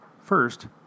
First